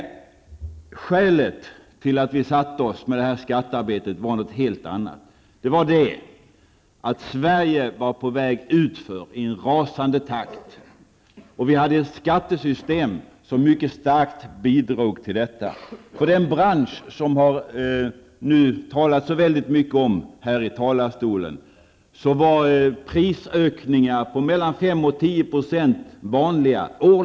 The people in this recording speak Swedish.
Skälet till att vi satte oss ned med detta skattearbete var något helt annat. Sverige var på väg utför i en rasande takt, och det fanns ett skattesystem som starkt bidrog till detta. För den bransch som det talats så mycket om här i talarstolen, var årliga prisökningar på 5--10 % vanliga.